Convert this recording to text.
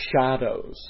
shadows